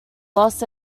los